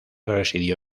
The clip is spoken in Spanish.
residió